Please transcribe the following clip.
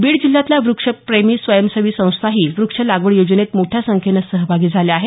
बीड जिल्ह्यातल्या वृक्ष प्रेमी स्वयंसेवी संस्थाही वृक्ष लागवड योजनेत मोठ्या संख्येने सहभागी झाल्या आहेत